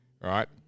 Right